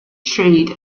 trade